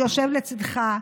שיושב לצידך,